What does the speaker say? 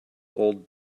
old